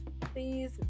please